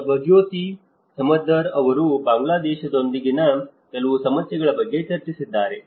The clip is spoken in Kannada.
ಸುಭಜ್ಯೋತಿ ಸಮದ್ದರ್ ಅವರು ಬಾಂಗ್ಲಾದೇಶದೊಂದಿಗಿನ ಕೆಲವು ಸಮಸ್ಯೆಗಳ ಬಗ್ಗೆ ಚರ್ಚಿಸಿದ್ದಾರೆ